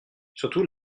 surtout